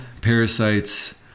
parasites